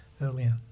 earlier